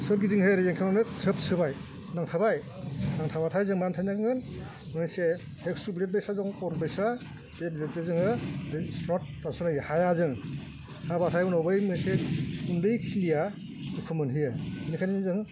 सोरगिदिंहाय ओरै बेंखननानैहाय थ्रोब सोबाय नांथाबाय नांथाबाथाय जों मा खालामनांगोन मोनसे एकश' ब्लेदबायदि दं अरबायदि बे ब्लेदजों जोङो बे स्रथ दानसनाङो हाया जों हाबाथाय उनाव बै मोनसे उन्दै खिलिया दुखु मोनहैयो बेनिखायनो जों